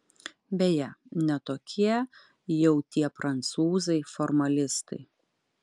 beje ne tokie jau tie prancūzai formalistai